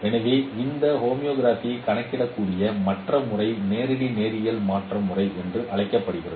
எனவே இந்த ஹோமோகிராஃபி கணக்கிடக்கூடிய மற்ற முறை நேரடி நேரியல் மாற்ற முறை என்று அழைக்கப்படுகிறது